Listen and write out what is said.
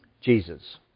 Jesus